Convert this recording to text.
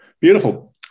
Beautiful